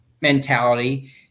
mentality